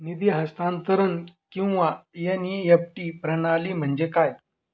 निधी हस्तांतरण किंवा एन.ई.एफ.टी प्रणाली म्हणजे काय?